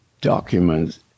documents